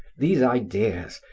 these ideas,